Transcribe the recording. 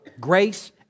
grace